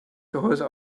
gehäuse